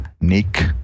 Nick